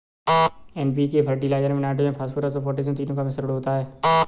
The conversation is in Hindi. एन.पी.के फर्टिलाइजर में नाइट्रोजन, फॉस्फोरस और पौटेशियम तीनों का मिश्रण होता है